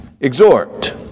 exhort